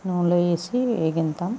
నూనెలో వేసి వేగిస్తాం